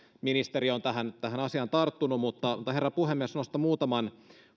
ministeri on tähän asiaan tarttunut herra puhemies nostan muutaman